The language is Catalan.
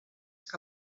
que